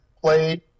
played